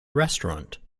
restaurant